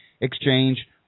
exchange